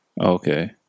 Okay